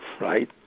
right